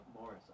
Morris